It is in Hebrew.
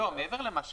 לא, מעבר לחוק.